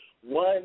One